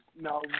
No